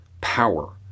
Power